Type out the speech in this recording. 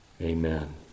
Amen